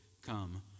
come